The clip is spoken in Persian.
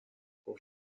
گفت